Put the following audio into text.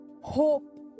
Hope